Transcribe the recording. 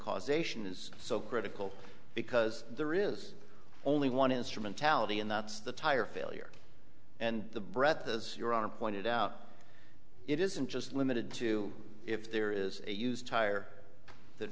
causation is so critical because there is only one instrumentality and that's the tire failure and the breath as your arm pointed out it isn't just limited to if there is a used tire that